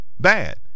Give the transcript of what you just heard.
bad